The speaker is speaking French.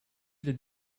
les